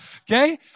Okay